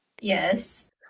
yes